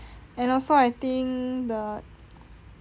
and also I think the